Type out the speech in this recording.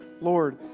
Lord